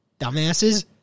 dumbasses